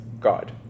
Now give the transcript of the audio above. God